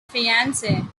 fiancee